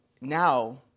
now